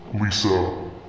Lisa